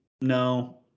No